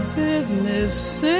business